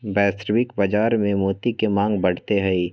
वैश्विक बाजार में मोती के मांग बढ़ते हई